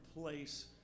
place